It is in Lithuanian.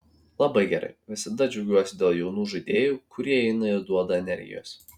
labai gerai visada džiaugiuosi dėl jaunų žaidėjų kurie įeina ir duoda energijos